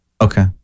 Okay